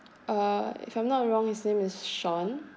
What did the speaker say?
uh if I'm not wrong his name is sean